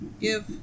give